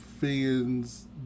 fans